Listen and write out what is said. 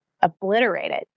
obliterated